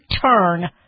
turn